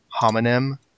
homonym